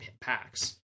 packs